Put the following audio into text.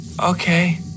Okay